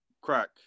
Crack